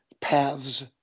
paths